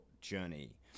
journey